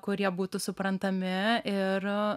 kurie būtų suprantami ir